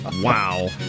Wow